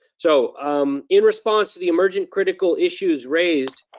so, um in response to the emergent critical issues raised